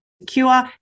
secure